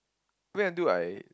wait until I